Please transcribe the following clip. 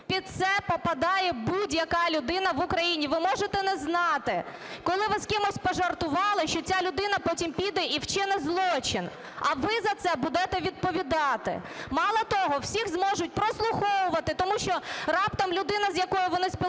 під це попадає будь-яка людина в Україні. Ви можете не знати, коли ви з кимось пожартували, що ця людина потім піде і вчинить злочин, а ви за це будете відповідати. Мало того, всіх зможуть прослуховувати, тому що раптом людина, з якою вони спілкуються,